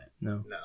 No